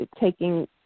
taking